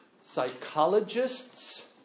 psychologists